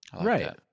Right